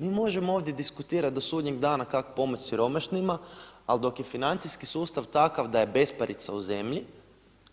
Mi možemo ovdje diskutirati do sudnjeg dana kako pomoći siromašnima, ali dok je financijski sustav takav da je besparica u zemlji